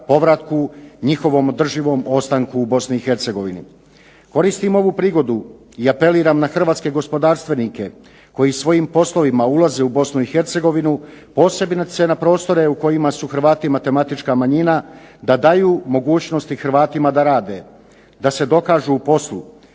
povratku njihovom održivom ostanku u Bosni i Hercegovini. Koristim ovu prigodu i apeliram na Hrvatske gospodarstvenike koji svojim poslovima ulaze u Bosnu i Hercegovine, posebice na prostore u kojima su Hrvati matematička manjina da daju mogućnosti Hrvatima da rade, da se dokažu u poslu,